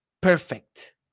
perfect